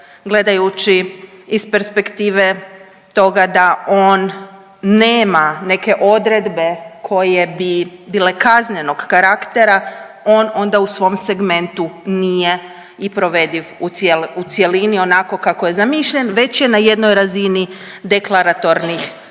gledajući iz perspektive toga da on nema neke odredbe koje bi bile kaznenog karaktera, on onda u svom segmentu nije i provediv u cjelini onako kako je zamišljen već je na jednoj razini deklaratornih prijedloga.